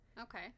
Okay